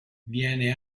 viene